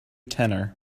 tenor